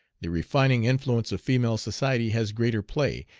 the refining influence of female society has greater play,